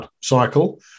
cycle